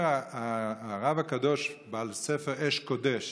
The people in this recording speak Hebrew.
אומר הרב הקדוש בעל ספר אש קודש,